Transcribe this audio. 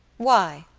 why?